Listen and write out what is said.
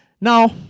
Now